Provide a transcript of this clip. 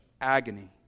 agony